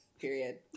period